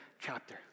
chapter